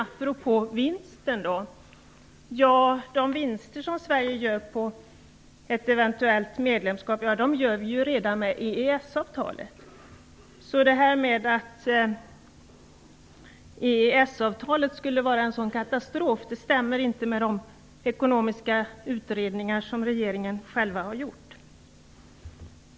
Apropå vinsten sägs det att de vinster som Sverige gör med ett medlemskap görs redan med hjälp av EES-avtalet. Påståenden om att EES-avtalet skulle vara en så stor katastrof stämmer inte med de ekonomiska utredningar som regeringen själv gjort.